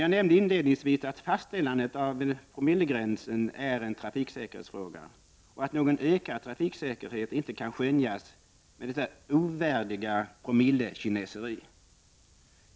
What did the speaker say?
Jag nämnde inledningsvis att fastställandet av en promillegräns är en trafiksäkerhetsfråga och att någon ökad trafiksäkerhet inte kan skönjas med detta ovärdiga promillekineseri.